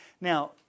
now